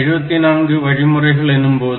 74 வழிமுறைகள் எனும்போது